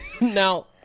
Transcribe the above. Now